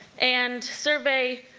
and survey